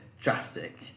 drastic